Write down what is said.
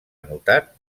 anotat